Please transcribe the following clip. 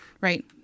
Right